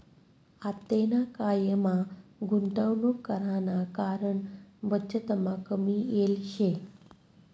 आतेना कायमा गुंतवणूक कराना कारण बचतमा कमी येल शे